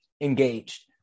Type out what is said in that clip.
engaged